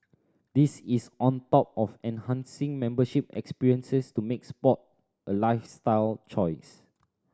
this is on top of enhancing membership experiences to make sport a lifestyle choice